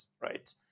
right